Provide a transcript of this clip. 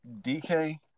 DK